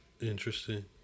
interesting